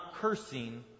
cursing